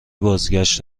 بازگشت